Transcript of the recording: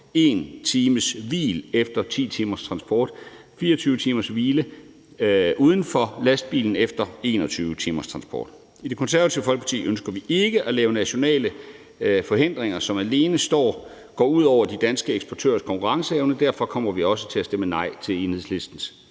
1 times hvil efter 10 timers transport og 24 timers hvile uden for lastbilen efter 21 timers transport. I Det Konservative Folkeparti ønsker vi ikke at lave nationale forhindringer, som alene går ud over de danske eksportørers konkurrenceevne, og derfor kommer vi også til at stemme nej til Enhedslistens